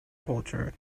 culture